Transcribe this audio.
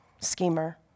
schemer